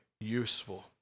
useful